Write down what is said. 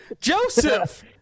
Joseph